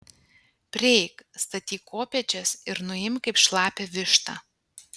prieik statyk kopėčias ir nuimk kaip šlapią vištą